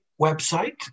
website